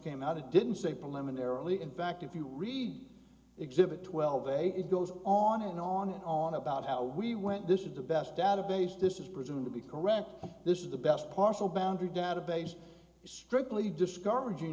came out it didn't say preliminarily in fact if you read exhibit twelve a it goes on and on and on about how we went this is the best database this is presumed to be correct this is the best partial boundary database strictly discouraging